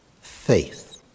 faith